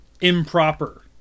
improper